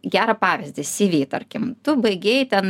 gerą pavyzdį cv tarkim tu baigei ten